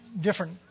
different